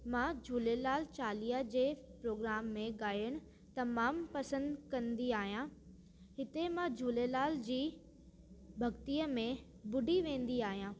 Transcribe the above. मां झूलेलाल चालीहा जे प्रोग्राम में ॻायन तमामु पसंदि कंदी आहियां हिते मां झूलेलाल जी भक्तीअ में ॿुॾी वेंदी आहियां